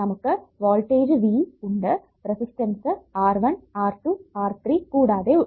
നമുക്ക് voltage V ഉണ്ട് resistance R1 R2 R3 കൂടാതെ ഇത്